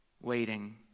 waiting